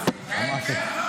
במועד אחר.